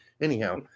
Anyhow